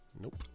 Nope